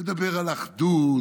מדבר על אחדות,